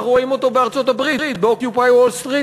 אנחנו רואים אותו בארצות-הברית ב-Occupy Wall Street,